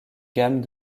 gamme